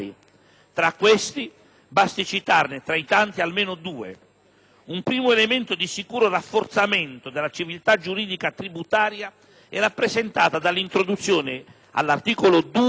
Tra questi basti citarne, tra i tanti, almeno due. Un primo elemento di sicuro rafforzamento della «civiltà giuridica» tributaria è rappresentato dall'introduzione, all'articolo 2,